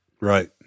Right